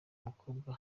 mukobwa